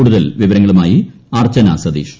കൂടുതൽ വിവരങ്ങളുമായി അർച്ചന സതീഷ്